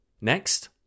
Next